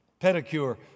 pedicure